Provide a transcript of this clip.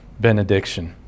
benediction